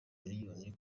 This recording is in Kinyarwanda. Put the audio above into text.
miliyoni